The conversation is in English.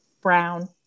Brown